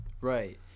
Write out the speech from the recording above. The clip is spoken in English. right